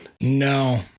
No